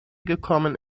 gekommen